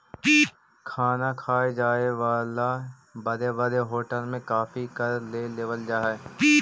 खाना खाए जाए पर बड़े बड़े होटल में काफी कर ले लेवल जा हइ